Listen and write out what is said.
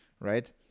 right